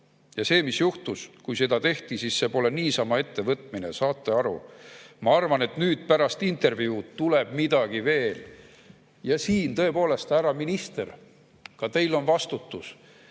Ja see, mis juhtus … Kui seda tehti, siis see pole niisama ettevõtmine, saate aru. Ma arvan, et nüüd, pärast intervjuud, tuleb midagi veel." Ja siin tõepoolest, härra minister, ka teil on vastutus.